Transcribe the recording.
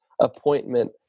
appointment